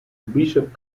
bishop